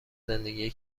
زندگی